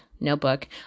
notebook